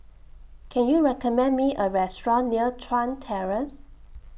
Can YOU recommend Me A Restaurant near Chuan Terrace